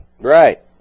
Right